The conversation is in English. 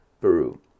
Peru